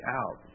out